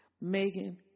Megan